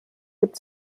gibt